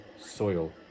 soil